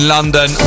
London